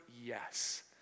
yes